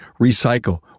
recycle